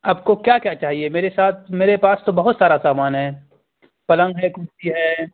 آپ کو کیا کیا چاہیے میرے ساتھ میرے پاس تو بہت سارا سامان ہے پلنگ ہے کرسی ہے